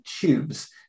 tubes